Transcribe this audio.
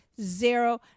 zero